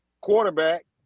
Quarterback